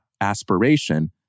aspiration